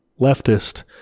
leftist